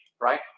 right